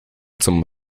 zum